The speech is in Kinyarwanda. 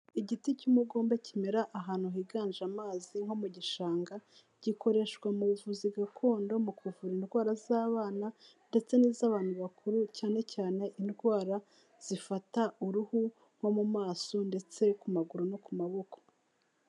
Igiti cy'umugomba kimera ahantu higanje amazi nko mu gishanga, gikoreshwa mu buvuzi gakondo mu kuvura indwara z'abana ndetse n'iz'abantu bakuru cyane cyane indwara zifata uruhu, nko mu maso ndetse ku maguru no ku maboko.